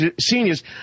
seniors